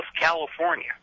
California